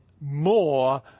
more